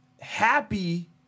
happy